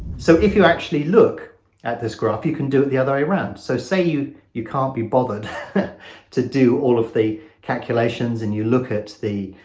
so if you actually look at this graph you can do it the other way around so say you you can't be bothered to do all of the calculations and you look at the